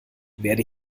werde